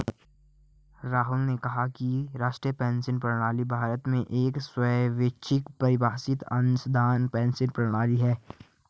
राहुल ने कहा कि राष्ट्रीय पेंशन प्रणाली भारत में एक स्वैच्छिक परिभाषित अंशदान पेंशन प्रणाली है